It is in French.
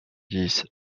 dix